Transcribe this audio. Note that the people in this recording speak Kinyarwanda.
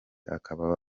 akaba